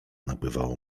napływało